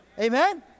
Amen